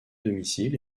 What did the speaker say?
domicile